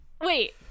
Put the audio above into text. Wait